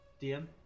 DM